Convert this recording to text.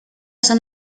son